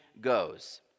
goes